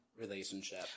Relationship